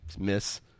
miss